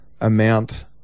amount